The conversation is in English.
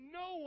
no